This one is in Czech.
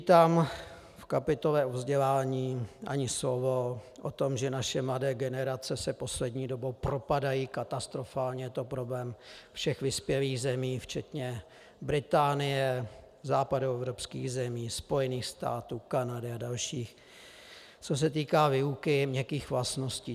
V kapitole o vzdělání ani slovo o tom, že naše mladé generace se poslední dobou katastrofálně propadají, je to problém všech vyspělých zemí včetně Británie, západoevropských zemí, Spojených států, Kanady a dalších, co se týká výuky měkkých vlastností.